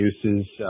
uses